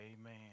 Amen